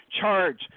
charge